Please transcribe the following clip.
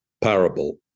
parable